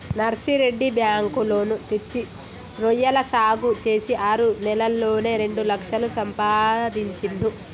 Narsireddy bank loan తెచ్చి రొయ్యల సాగు చేసి ఆరు నెలల్లోనే రెండు లక్షలు సంపాదించిండు